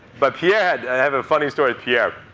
but pierre i have a funny story, pierre.